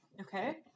okay